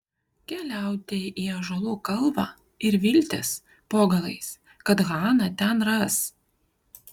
keliauti į ąžuolų kalvą ir viltis po galais kad haną ten ras